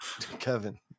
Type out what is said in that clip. Kevin